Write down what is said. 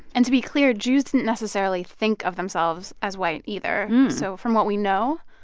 and to be clear, jews didn't necessarily think of themselves as white either. so from what we know,